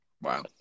Wow